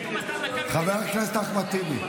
חבר הכנסת אחמד טיבי,